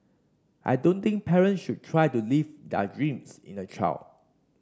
I don't think parents should try to live their dreams in a child